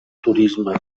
turisme